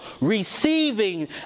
receiving